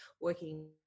working